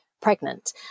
pregnant